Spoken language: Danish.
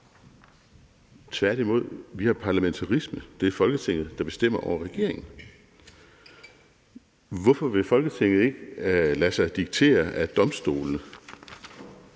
tværtimod. Vi har parlamentarisme; det er Folketinget, der bestemmer over regeringen. Hvorfor vil Folketinget ikke lade sig diktere af domstolene?